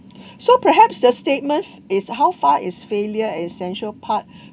so perhaps the statements is how far is failure essential part